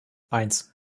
eins